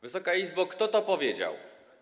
Wysoka Izbo, kto to powiedział?